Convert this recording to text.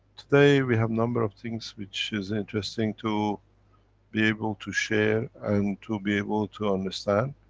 today, we have number of things which is interesting to be able to share and to be able to understand.